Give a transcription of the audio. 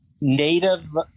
native